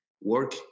work